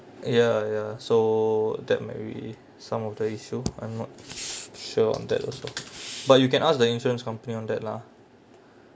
ya ya so that might be some of the issue I'm not sure on that also but you can ask the insurance company on that lah